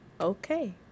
okay